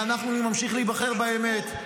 ואנחנו נמשיך להיבחר באמת.